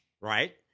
Right